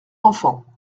enfant